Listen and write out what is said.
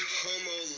homo